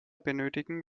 benötigen